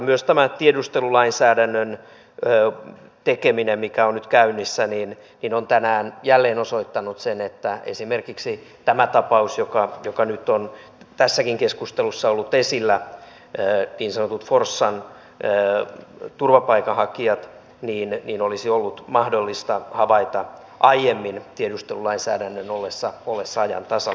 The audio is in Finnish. myös tämä tiedustelulainsäädännön tekeminen mikä on nyt käynnissä on tänään jälleen osoittanut sen että esimerkiksi tämä tapaus joka nyt on tässäkin keskustelussa ollut esillä niin sanotut forssan turvapaikanhakijat olisi ollut mahdollista havaita aiemmin tiedustelulainsäädännön ollessa ajan tasalla